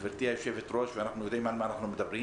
גברתי היושבת-ראש ואנחנו יודעים על מה אנחנו מדברים